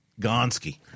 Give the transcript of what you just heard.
Gonski